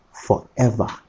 forever